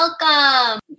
welcome